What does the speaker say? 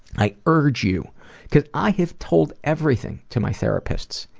i urge you because i have told everything to my therapists.